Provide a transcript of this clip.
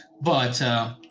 but